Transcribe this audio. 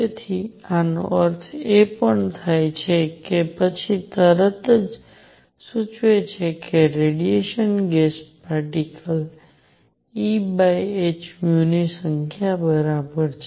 તેથી આ નો અર્થ એ પણ થાય છે કે પછી તરત જ સૂચવે છે કે રેડિયેશન ગેસ પાર્ટીકલ્સ Ehν ની સંખ્યા બરાબર છે